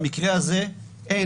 במקרה הזה אין